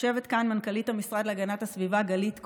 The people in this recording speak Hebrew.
יושבת כאן מנכ"לית המשרד להגנת הסביבה גלית כהן.